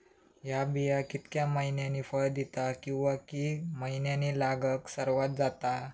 हया बिया कितक्या मैन्यानी फळ दिता कीवा की मैन्यानी लागाक सर्वात जाता?